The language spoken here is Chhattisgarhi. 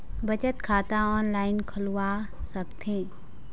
बचत खाता ऑनलाइन खोलवा सकथें?